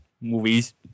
movies